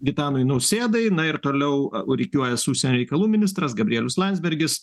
gitanui nausėdai na ir toliau rikiuojas užsienio reikalų ministras gabrielius landsbergis